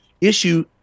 issue